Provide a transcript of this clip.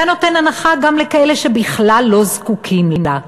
אתה נותן הנחה גם לכאלה שבכלל לא זקוקים לה.